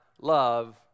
love